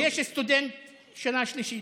יש לי סטודנט שנה שלישית,